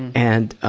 and, ah,